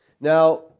Now